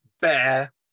bear